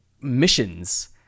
missions